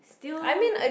do you